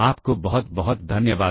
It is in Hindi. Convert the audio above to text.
आपको बहुत बहुत धन्यवाद